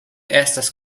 estas